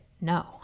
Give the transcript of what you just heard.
no